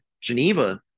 Geneva